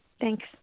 Thanks